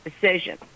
decision